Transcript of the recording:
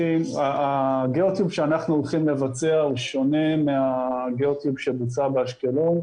הגיאוטיוב שאנחנו הולכים לבצע שונה מהגיאוטיוב שבוצע באשקלון.